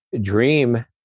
dream